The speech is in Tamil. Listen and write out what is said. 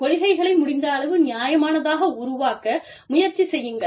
கொள்கைகளை முடிந்த அளவு நியாயமானதாக உருவாக்க முயற்சி செய்யுங்கள்